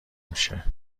میشه